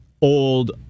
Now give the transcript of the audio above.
old